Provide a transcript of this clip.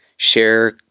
Share